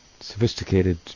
sophisticated